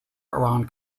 around